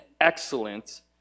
excellent